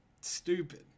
stupid